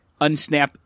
unsnap